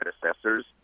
predecessors